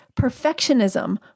Perfectionism